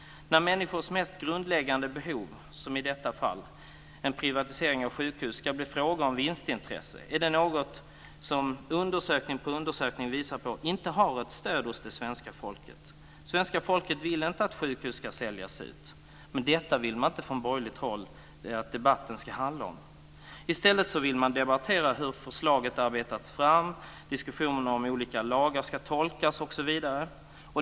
När människors mest grundläggande behov - i detta fall gäller det privatisering av sjukhus - ska bli en fråga om vinstintressen så är det något som undersökning efter undersökning visar inte har stöd hos det svenska folket. Svenska folket vill inte att sjukhus ska säljas ut men detta vill man från borgerligt håll inte att debatten ska handla om. I stället vill man debattera hur förslaget har arbetats fram, hur diskussionerna om olika lagar ska tolkas osv.